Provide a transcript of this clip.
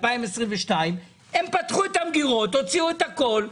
2022, הם פתחו את המגירות, הוציאו את הכול.